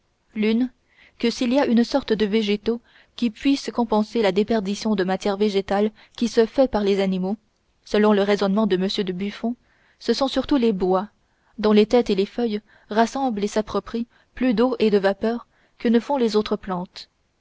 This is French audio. l'une que s'il y a une sorte de végétaux qui puissent compenser la déperdition de matière végétale qui se fait par les animaux selon le raisonnement de m de buffon ce sont surtout les bois dont les têtes et les feuilles rassemblent et s'approprient plus d'eaux et de vapeurs que ne font les autres plantes